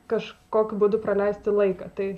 kažkokiu būdu praleisti laiką tai